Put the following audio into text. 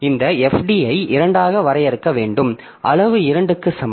இந்த fd ஐ 2 ஆக வரையறுக்க வேண்டும் அளவு 2 க்கு சமம்